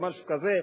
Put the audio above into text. או משהו כזה,